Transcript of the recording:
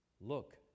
Look